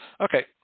okay